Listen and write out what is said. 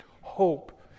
hope